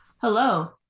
Hello